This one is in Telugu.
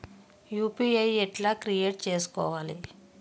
యూ.పీ.ఐ ఎట్లా క్రియేట్ చేసుకోవాలి?